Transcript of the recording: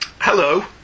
Hello